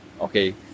okay